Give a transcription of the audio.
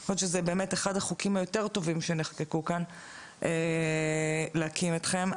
אני חושבת שזה באמת אחד החוקים היותר טובים שנחקקו כאן להקים אתכם,